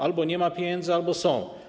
Albo nie ma pieniędzy, albo są.